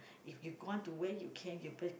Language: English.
if you want to wear you can you'll be